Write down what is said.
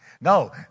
No